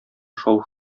шау